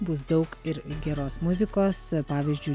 bus daug ir geros muzikos pavyzdžiui